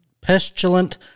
pestilent